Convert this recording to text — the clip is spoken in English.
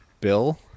bill